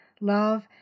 love